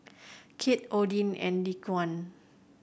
Kieth Odie and Dequan